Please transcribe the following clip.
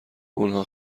اونها